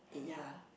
ya